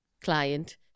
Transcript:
client